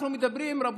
אנחנו מדברים, רבותיי,